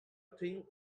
think